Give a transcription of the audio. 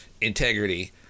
integrity